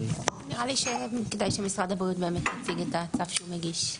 כדאי שמשרד הבריאות יציג את הצו שהוא מגיש.